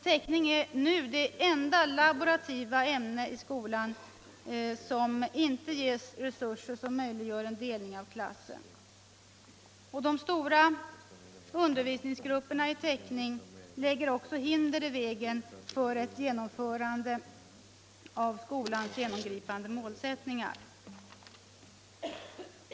Teckning är nu det enda laborativa ämne i skolan som inte ges resurser som möjliggör en delning av klassen. De stora undervisningsgrupperna i teckning lägger också hinder i vägen för ett genomförande av skolans övergripande målsättningar.